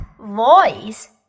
voice